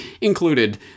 included